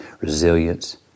resilience